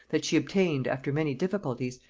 that she obtained, after many difficulties,